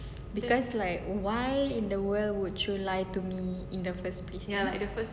because like why in the world would you lie to me in the first place